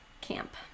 camp